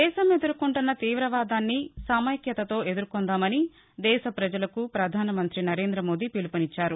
దేశం ఎదుర్కొంటున్న తీవాదాన్ని సమైక్యతతో ఎదుర్కొందామని దేశప్రజలకు ప్రధానమంత్రి నరేందమోదీ పిలుపు నిచ్చారు